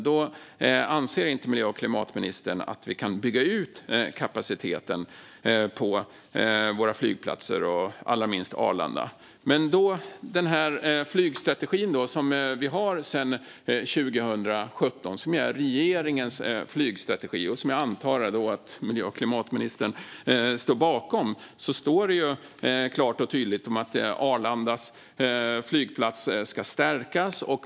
Då anser alltså inte miljö och klimatministern att vi kan bygga ut kapaciteten på våra flygplatser, allra minst på Arlanda. Men i den flygstrategi som vi har sedan 2017 - som ju är regeringens flygstrategi och som jag antar att miljö och klimatministern står bakom - står det klart och tydligt att Arlanda flygplats ska stärkas.